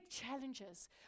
challenges